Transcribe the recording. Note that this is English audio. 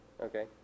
Okay